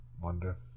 wonder